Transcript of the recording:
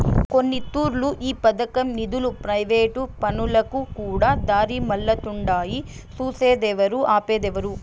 కొన్నితూర్లు ఈ పదకం నిదులు ప్రైవేటు పనులకుకూడా దారిమల్లతుండాయి సూసేదేవరు, ఆపేదేవరు